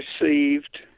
received